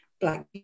Black